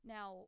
Now